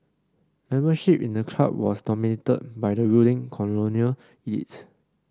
membership in the club was dominated by the ruling colonial elite